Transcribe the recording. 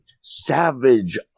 savage